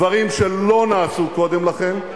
דברים שלא נעשו קודם לכן,